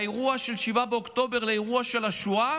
האירוע של 7 באוקטובר לאירוע של השואה,